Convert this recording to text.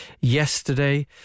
yesterday